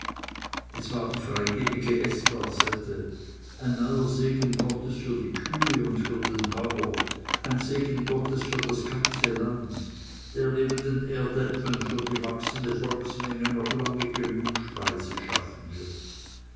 es war die freigebige esparsette ein neuer segen gottes für die kühe und für den bauer ein segen gottes für das ganze land der neben den erdäpfeln für die wachsende volksmenge noch lange genug speise schaffen wird